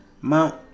Mount